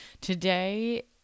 today